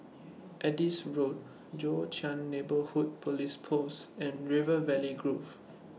Adis Road Joo Chiat Neighbourhood Police Post and River Valley Grove